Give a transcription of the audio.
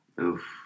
Oof